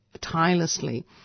tirelessly